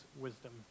wisdom